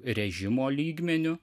režimo lygmeniu